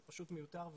זה פשוט מיותר וחבל.